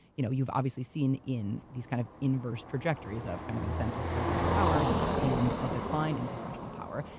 you know you've obviously seen in these kind of inverse trajectories of kind of an ascent of presidential power and a decline in congressional power.